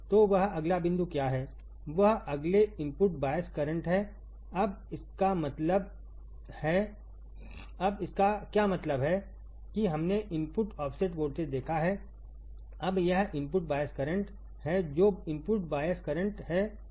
तोवहअगला बिंदु क्या हैवह अगले इनपुट बायस करंट है अब इसका क्या मतलब है कि हमने इनपुट ऑफसेट वोल्टेज देखा है अब यह इनपुट बायस करंट है जो इनपुट बायस करंट है